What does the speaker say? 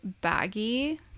baggy